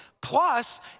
Plus